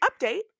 update